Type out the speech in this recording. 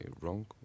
wrong